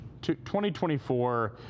2024